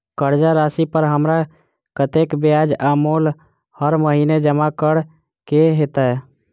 कर्जा राशि पर हमरा कत्तेक ब्याज आ मूल हर महीने जमा करऽ कऽ हेतै?